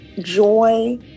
joy